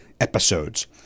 episodes